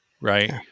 right